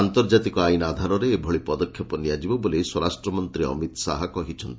ଆନ୍ତର୍କାତିକ ଆଇନ୍ ଆଧାରରେ ଏଭଳି ପଦକ୍ଷେପ ନିଆଯିବ ବୋଲି ସ୍ୱରାଷ୍ଟ ମନ୍ତୀ ଅମିତ ଶାହା କହିଛନ୍ତି